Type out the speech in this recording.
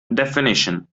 definition